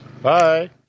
Bye